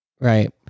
Right